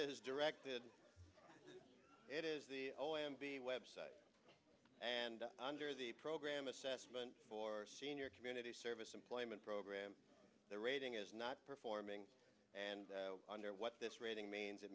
directed it is the o m b website and under the program assessment or senior community service employment program their rating is not performing and under what this rating means it